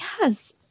yes